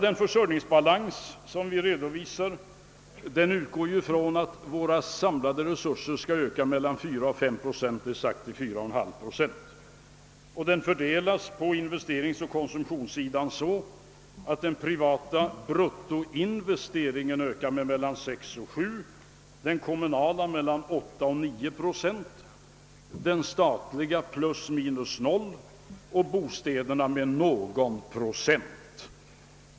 Den försörjningsbalans som vi redovisar utgår ifrån att de samlade resurserna skall öka med 4—5 procent, det är satt till 4,5 procent. Denna ökning fördelas på investeringsoch konsum tionssidan, så att den privata bruttoinvesteringen ökar med 6—7 procent, den kommunala med 8—9, den statliga med + 0 och bostäderna med någon procent.